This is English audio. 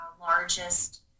largest